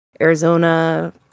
Arizona